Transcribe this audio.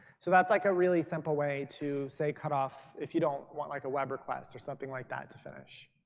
so that's like a really simple way to say cut off, if you don't want like a web request or something like that to finish.